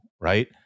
right